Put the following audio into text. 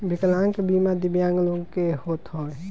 विकलांग बीमा दिव्यांग लोग के होत हवे